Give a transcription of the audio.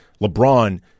lebron